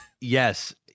Yes